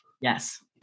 Yes